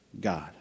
God